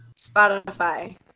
Spotify